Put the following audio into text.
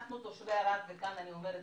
אנחנו תושבי ערד, וכאן אני מדברת